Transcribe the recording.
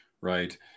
right